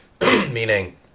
Meaning